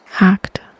act